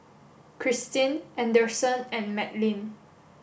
Christeen Anderson and Madlyn